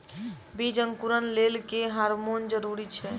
बीज अंकुरण लेल केँ हार्मोन जरूरी छै?